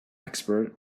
expert